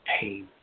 pain